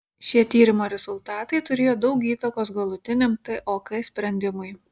šie tyrimo rezultatai turėjo daug įtakos galutiniam tok sprendimui